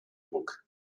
book